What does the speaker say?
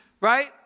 right